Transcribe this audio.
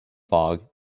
fog